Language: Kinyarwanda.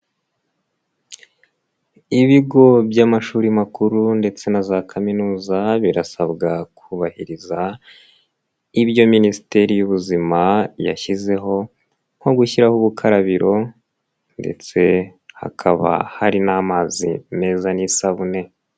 Ibigo by'amashuri makuru ndetse na za kaminuza, birasabwa kubahiriza ibyo minisiteri y'ubuzima yashyizeho nko gushyiraho ubukarabiro ndetse hakaba hari n'amazi meza n'isabune.